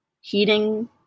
Heating